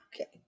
okay